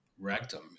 rectum